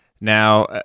Now